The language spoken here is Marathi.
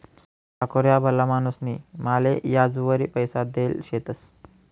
ठाकूर ह्या भला माणूसनी माले याजवरी पैसा देल शेतंस